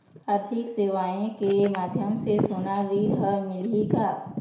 आरथिक सेवाएँ के माध्यम से सोना ऋण हर मिलही का?